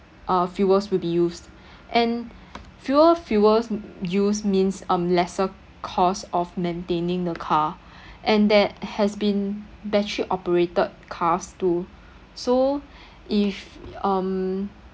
uh fuels will be used and fewer fuels used means um lesser cost of maintaining the car and there has been battery operated cars too so if um